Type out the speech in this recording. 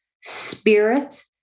spirit